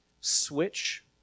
Switch